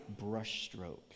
brushstroke